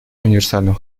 универсальным